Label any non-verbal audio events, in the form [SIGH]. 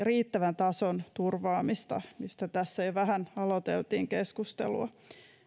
[UNINTELLIGIBLE] riittävän tason turvaamista mistä tässä jo vähän aloiteltiin keskustelua